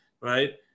right